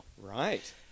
Right